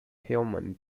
hillman